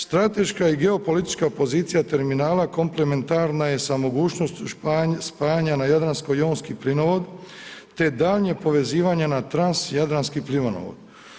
Strateška i geopolitička pozicija terminala komplementarna je sa mogućnošću spajanja na jadransko-jonski plinovod te daljnje povezivanja na transjadranski plinovod.